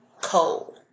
cold